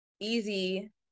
easy